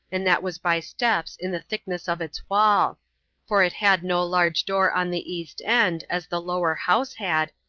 and that was by steps in the thickness of its wall for it had no large door on the east end, as the lower house had,